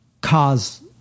cause